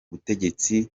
butegetsi